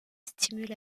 stimule